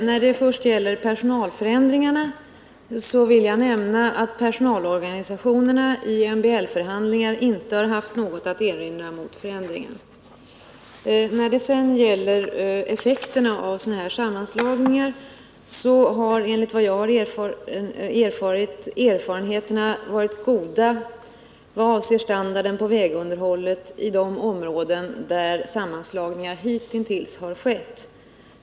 Herr talman! Jag vill först nämna att personalorganisationerna vid MBL förhandlingar inte har haft något att erinra mot personalförändringarna. Vad beträffar effekterna av sådana här sammanslagningar har, enligt vad jag upplysts om, erfarenheterna varit goda i vad avser standarden på vägunderhållet i de områden där sammanslagningar hitintills har skett.